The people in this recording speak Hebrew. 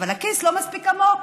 אבל הכיס לא מספיק עמוק.